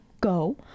go